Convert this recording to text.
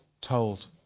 told